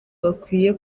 bakwiye